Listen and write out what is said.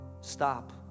Stop